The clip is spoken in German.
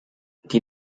die